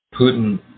Putin